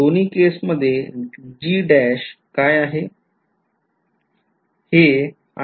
दोन्ही केस मध्ये G काय आहे